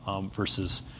versus